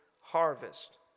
harvest